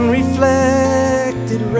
reflected